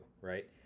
right